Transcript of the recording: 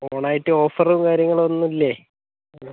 ഓണായിട്ട് offer കാര്യങ്ങളൊന്നും ഇല്ലേ